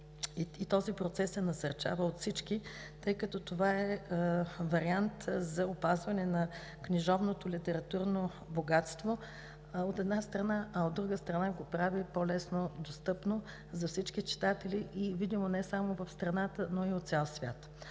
Този процес се насърчава от всички, тъй като това е вариант за опазване на книжовното литературно богатство, от една страна, а, от друга страна, го прави по-леснодостъпно за всички читатели и видимо не само в страната, но и в цял свят.